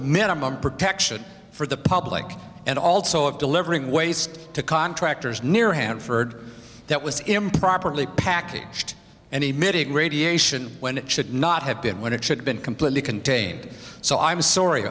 minimum protection for the public and also of delivering waste to contractors near hanford that was improperly packaged and emitting radiation when it should not have been when it should have been completely contained so i'm sorr